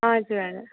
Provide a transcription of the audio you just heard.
हजुर